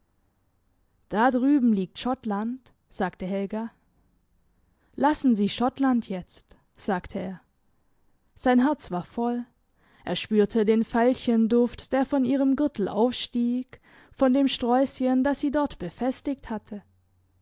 da drüben liegt schottland sagte helga lassen sie schottland jetzt sagte er sein herz war voll er spürte den veilchenduft der von ihrem gürtel aufstieg von dem sträusschen das sie dort befestigt hatte